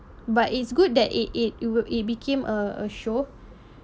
but it's good that it it it will it became a a show